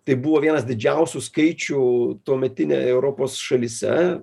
tai buvo vienas didžiausių skaičių tuometinė europos šalyse